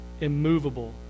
immovable